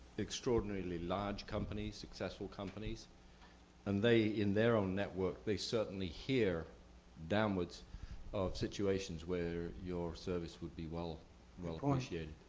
extraordinarily large companies, successful companies and they in their own network, they certainly hear downwards of situations where your service would be well well appreciated.